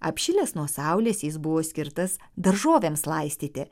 apšilęs nuo saulės jis buvo skirtas daržovėms laistyti